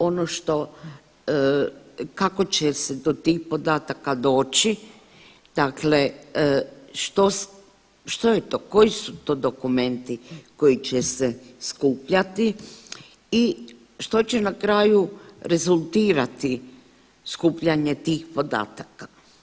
Ono što kako će se do tih podataka doći, dakle što je to, koji su to dokumenti koji će se skupljati i što će na kraju rezultirati skupljanje tih podataka.